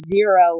zero